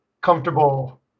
comfortable